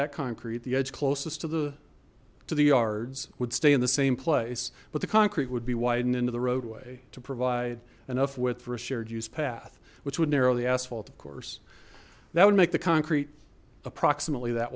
that concrete the edge closest to the to the yards would stay in the same place but the concrete would be widen into the roadway to provide enough width for a shared use path which would narrow the asphalt of course that would make the concrete approximately that